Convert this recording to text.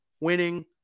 winning